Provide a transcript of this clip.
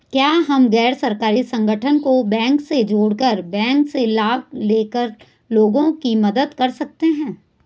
क्या हम गैर सरकारी संगठन को बैंक से जोड़ कर बैंक से लाभ ले कर लोगों की मदद कर सकते हैं?